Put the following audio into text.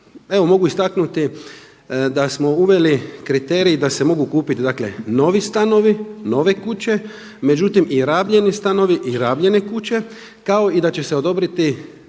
Evo, mogu istaknuti da smo uveli kriterij da se mogu kupiti dakle novi stanovi, nove kuće, međutim i rabljeni stanovi i rabljene kuće kao i da će se odobriti